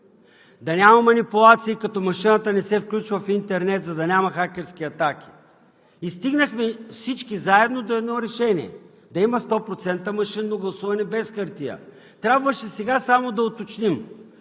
да няма манипулации, като машината не се включва в интернет, за да няма хакерски атаки. Всички заедно стигнахме до едно решение: да има 100% машинно гласуване без хартия. Сега трябваше само да уточним